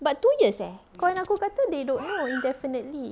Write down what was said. but two years eh kawan aku kata they don't know indefinitely